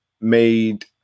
made